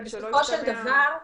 שלא ישתמע.